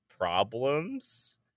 problems